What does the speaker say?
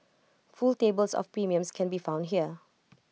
full tables of premiums can be found here